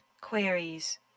queries